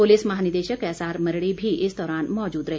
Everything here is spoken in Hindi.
पुलिस महानिदेशक एसआर मरड़ी भी इस दौरान मौजूद रहे